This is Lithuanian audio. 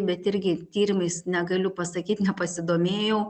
bet irgi tyrimais negaliu pasakyt nepasidomėjau